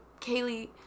Kaylee